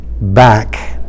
back